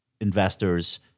investors